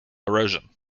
erosion